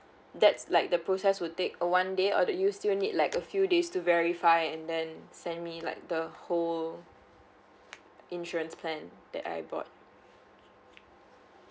that's like the process will take a one day or do you still need like a few days to verify and then send me like the whole insurance plan that I bought